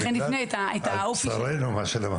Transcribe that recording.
לצערנו.